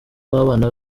w’abana